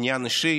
עניין אישי,